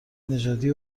نژادی